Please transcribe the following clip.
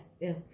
yes